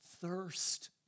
thirst